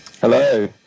Hello